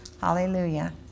Hallelujah